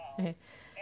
mm